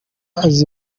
azi